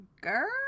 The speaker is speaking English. girl